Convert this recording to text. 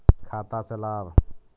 खाता से लाभ?